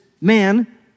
man